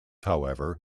however